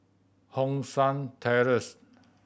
Hong San Terrace